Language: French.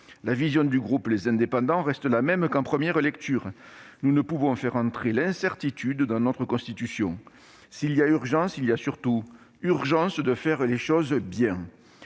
La vision du groupe Les Indépendants reste la même qu'en première lecture : nous ne pouvons faire entrer l'incertitude dans notre Constitution. S'il y a une urgence, c'est surtout celle de faire les choses bien.